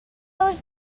always